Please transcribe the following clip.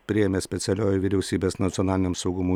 priėmė specialioji vyriausybės nacionaliniam saugumui